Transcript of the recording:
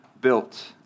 built